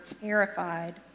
terrified